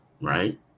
right